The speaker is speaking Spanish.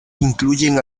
incluyen